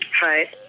Hi